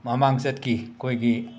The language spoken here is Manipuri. ꯃꯃꯥꯡꯆꯠꯀꯤ ꯑꯩꯈꯣꯏꯒꯤ